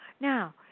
Now